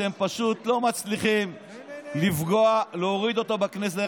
אתם פשוט לא מצליחים לפגוע, להוריד אותו בכנסת.